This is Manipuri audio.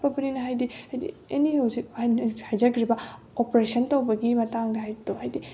ꯇꯞꯄꯕꯅꯤꯅ ꯍꯥꯏꯗꯤ ꯍꯥꯏꯗꯤ ꯑꯦꯅꯤ ꯍꯧꯖꯤꯛ ꯍꯥꯏꯕꯗꯤ ꯑꯩꯅꯁꯨ ꯍꯥꯏꯖꯈ꯭ꯔꯤꯕ ꯑꯣꯄ꯭ꯔꯦꯁꯟ ꯇꯧꯕꯒꯤ ꯃꯇꯥꯡꯗ ꯍꯥꯏꯗꯤ